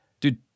Dude